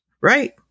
Right